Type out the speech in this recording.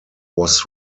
was